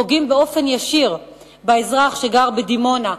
היא שפוגעים באופן ישיר באזרח שגר בדימונה,